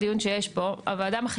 אם אדם לא